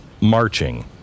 marching